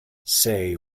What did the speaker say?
say